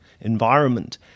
environment